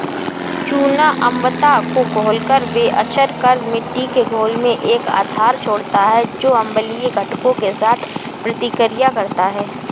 चूना अम्लता को घोलकर बेअसर कर मिट्टी के घोल में एक आधार छोड़ता है जो अम्लीय घटकों के साथ प्रतिक्रिया करता है